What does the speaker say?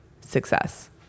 success